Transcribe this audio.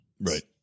right